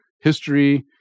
history